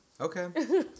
Okay